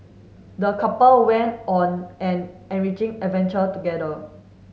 the couple went on an enriching adventure together